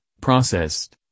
processed